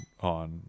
on